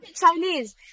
Chinese